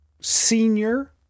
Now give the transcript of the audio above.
senior